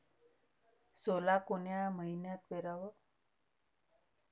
सोला कोन्या मइन्यात पेराव?